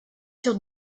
sur